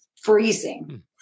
freezing